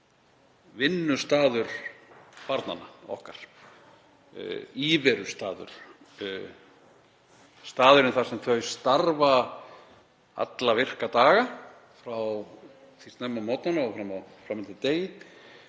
vinnustaður barnanna okkar, íverustaður, staðurinn þar sem þau starfa alla virka daga frá því snemma á morgnana og fram eftir degi,